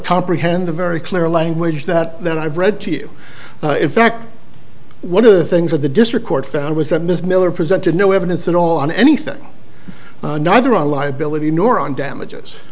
comprehend the very clear language that i've read to you in fact one of the things that the district court found was that ms miller presented no evidence at all on anything neither on liability nor on damages